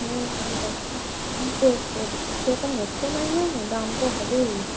হুম তো সবজি সেরকম ওঠে নাই না দাম তো হবেই